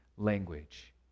Language